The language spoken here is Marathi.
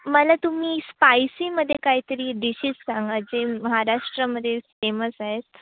मला तुम्ही स्पायसीमध्ये काहीतरी डिशेस सांगा जे महाराष्ट्रामध्ये फेमस आहेत